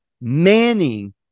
Manning